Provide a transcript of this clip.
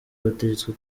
bategetswe